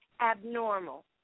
abnormal